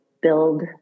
build